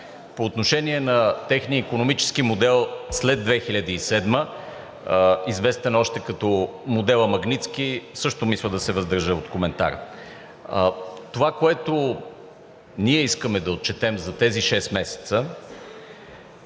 По отношение на техния икономически модел след 2007 г., известен още като модела „Магнитски“, също мисля да се въздържа от коментар. Това, което ние искаме да отчетем за тези шест месеца,